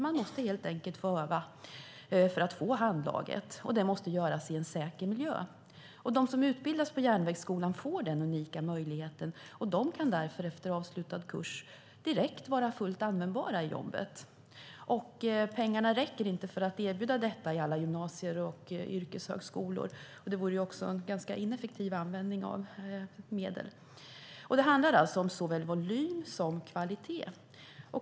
Man måste helt enkelt öva för att få handlaget, och det måste göras i en säker miljö. De som utbildas vid Järnvägsskolan får den unika möjligheten, och de kan därför efter avslutad kurs direkt vara fullt användbara i jobbet. Pengarna räcker inte för att erbjuda detta i alla gymnasier och yrkeshögskolor, och det vore också en ganska ineffektiv användning av medel. Det handlar alltså om såväl volym som kvalitet.